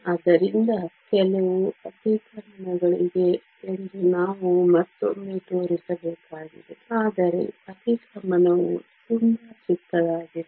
ಆದ್ದರಿಂದ ಕೆಲವು ಅತಿಕ್ರಮಣಗಳಿವೆ ಎಂದು ನಾವು ಮತ್ತೊಮ್ಮೆ ತೋರಿಸಬೇಕಾಗಿದೆ ಆದರೆ ಅತಿಕ್ರಮಣವು ತುಂಬಾ ಚಿಕ್ಕದಾಗಿದೆ